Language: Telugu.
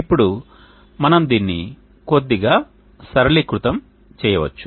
ఇప్పుడు మనము దీన్ని కొద్దిగా సరళీకృతం చేయవచ్చు